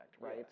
right